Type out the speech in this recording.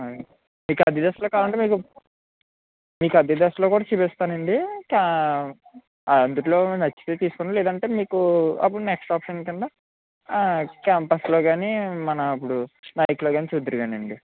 మీకు అడిదాస్లో కావాలంటే మీకు అడిదాస్లో కూడా చుపిస్తానండి అందులో నచ్చితే తీసుకోండి లేదంటే మీకు అప్పుడు నెక్స్ట్ ఆప్షన్ క్రింద క్యాంపస్లో కానీ మన ఇప్పుడు నైక్లో కానీ చూద్దురు కానీ అండి